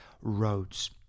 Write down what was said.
roads